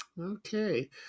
Okay